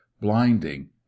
blinding